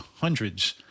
hundreds